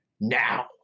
now